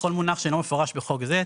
לכל מונח אחר שאינו מפורש בחוק זה,